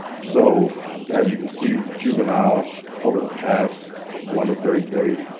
so as you can see, the juvenile over the past one to thirty days,